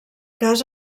cas